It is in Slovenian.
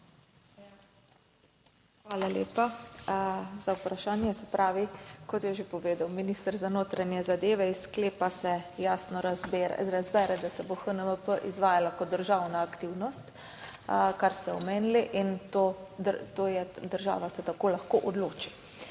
Hvala lepa za vprašanje. Kot je že povedal minister za notranje zadeve, iz sklepa se jasno razbere, da se bo HNMP izvajala kot državna aktivnost, kar ste omenili, in država se tako lahko odloči.